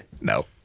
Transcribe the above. No